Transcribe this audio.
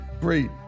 great